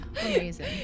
Amazing